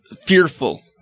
fearful